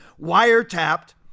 wiretapped